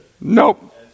Nope